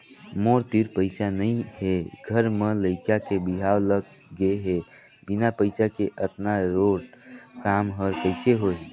मोर तीर पइसा नइ हे घर म लइका के बिहाव लग गे हे बिना पइसा के अतना रोंट काम हर कइसे होही